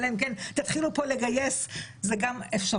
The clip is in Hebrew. אלא אם כן תתחילו פה לגייס שזו גם אפשרות.